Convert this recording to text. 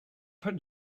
had